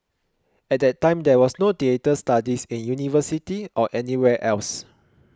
at that time there was no theatre studies in university or anywhere else